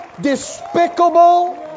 despicable